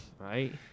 right